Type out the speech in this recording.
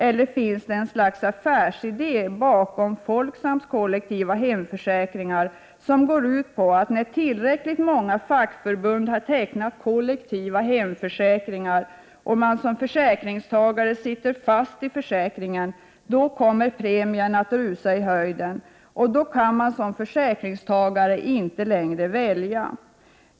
Eller finns det ett slags affärsidé bakom Folksams kollektiva hemförsäkringar som går ut på att premierna kommer att rusa i höjden när tillräckligt många fackförbund har tecknat kollektiva hemförsäkringar och man som försäkringstagare sitter fast i försäkringen och inte längre kan välja?